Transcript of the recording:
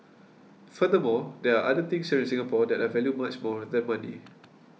furthermore there are other things here in Singapore that I value much more than money